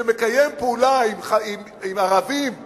שמקיים פעולה עם ערבים בבאקה-אל-ע'רביה,